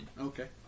Okay